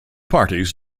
parties